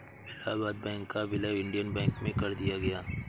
Allahabad bank का विलय Indian bank में कर दिया गया है